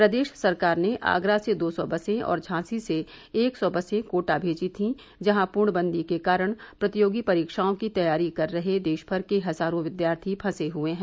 प्रदेश सरकार ने आगरा से दो सौ बसें और झांसी से एक सौ बसें कोटा भेजी थीं जहां पूर्णबंदी के कारण प्रतियोगी परिक्राओं की तैयारी कर रहे देशभर के हजारों विद्यार्थी फंसे हुए हैं